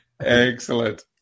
Excellent